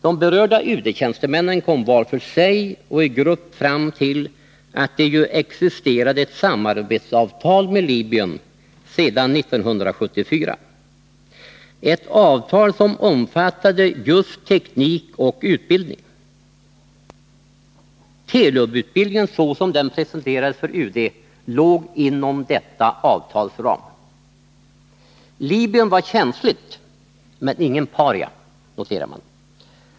De berörda UD-tjänstemännen kom var för sig och i grupp fram till att det ju existerade ett samarbetsavtal med Libyen sedan 1974 — ett avtal som omfattade just teknik och utbildning. Telub-utbildningen, såsom den presenterades för UD, låg inom detta avtals ram. Libyen var känsligt, men ingen paria, noterade man.